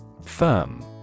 Firm